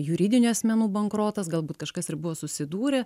juridinių asmenų bankrotas galbūt kažkas ir buvo susidūrę